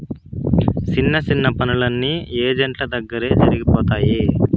సిన్న సిన్న పనులన్నీ ఏజెంట్ల దగ్గరే జరిగిపోతాయి